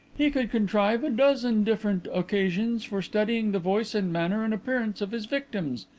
he could contrive a dozen different occasions for studying the voice and manner and appearance of his victims.